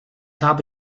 habe